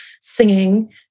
singing